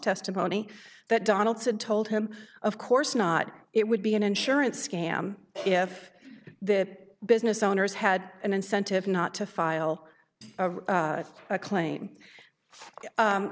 testimony that donaldson told him of course not it would be an insurance scam if the business owners had an incentive not to file a claim